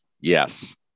Yes